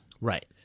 Right